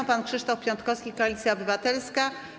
Pan poseł Krzysztof Piątkowski, Koalicja Obywatelska.